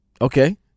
Okay